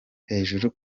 hejuru